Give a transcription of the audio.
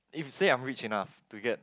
if say I'm rich enough to get